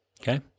Okay